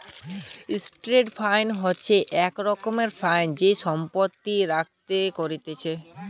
trust fund হইসে এক রকমের ফান্ড টাকা সম্পত্তি রাখাক হতিছে